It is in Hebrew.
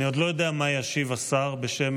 אני עוד לא יודע מה ישיב השר בשם